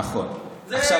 בדיוק, נכון.